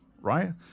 right